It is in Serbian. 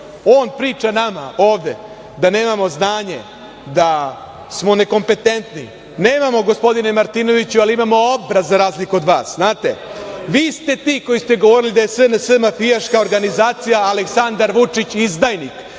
on priča nama ovde da nemamo znanje, da smo nekompetentni. Nemamo, gospodine Martinoviću, ali imamo obraz, za razliku od vas, znate. Vi ste ti koji ste govorili da je SNS mafijaška organizacija, a Aleksandar Vučić izdajnik,